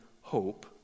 hope